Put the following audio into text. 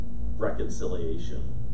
reconciliation